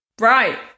Right